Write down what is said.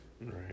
Right